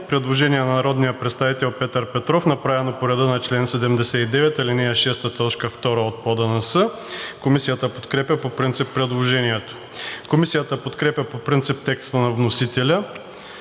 Предложение на народния представител Петър Петров, направено по реда на чл. 79, ал. 6, т. 2 от ПОДНС. Комисията подкрепя предложението. Комисията подкрепя по принцип текста на вносителя